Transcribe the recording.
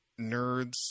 nerds